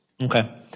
Okay